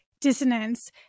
dissonance